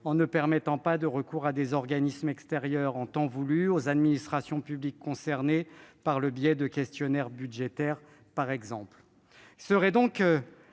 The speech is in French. de possibilités de recours à des organismes extérieurs en temps voulu ou aux administrations publiques concernées par le biais de questionnaires budgétaires, par exemple.